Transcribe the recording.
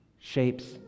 shapes